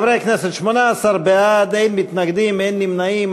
חברי הכנסת, 18 בעד, אין מתנגדים, אין נמנעים.